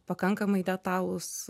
pakankamai detalūs